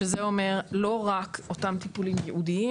זאת אומרת לא רק אותם טיפולים ייעודים